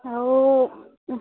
ଆଉ